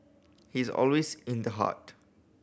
he's always in the heart